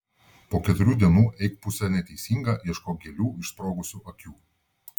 po keturių dienų eik puse neteisinga ieškok gėlių išsprogusių akių